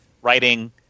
writing